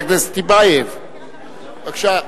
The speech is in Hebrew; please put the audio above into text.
ממשלת